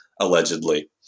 allegedly